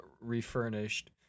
refurnished